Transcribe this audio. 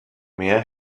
mehr